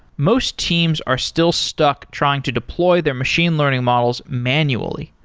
most teams are still stuck trying to deploy their machine learning models manually.